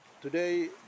Today